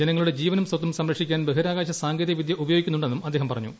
ജനങ്ങളുടെ ജീവനും സ്വത്തും സംരക്ഷിക്കാൻ ബഹിരാകാശ സാങ്കേതിക വിദൃ ഉപയോഗിക്കുന്നുണ്ടെന്നും അദ്ദേഹം പറഞ്ഞു